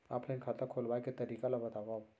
Offline खाता खोलवाय के तरीका ल बतावव?